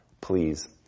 Please